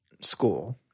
school